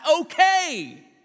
okay